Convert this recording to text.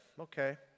Okay